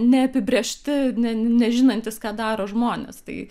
neapibrėžti ne nežinantys ką daro žmonės tai